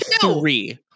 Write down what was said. three